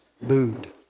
mood